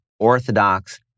Orthodox